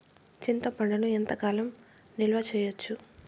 చింతపండును ఎంత కాలం నిలువ చేయవచ్చు?